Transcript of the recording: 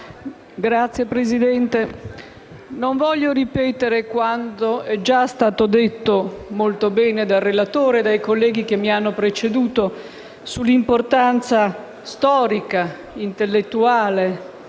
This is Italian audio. Signor Presidente, non voglio ripetere quanto è già stato detto molto bene dal relatore e dai colleghi che mi hanno preceduto sull'importanza storica, intellettuale,